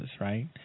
right